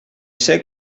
ser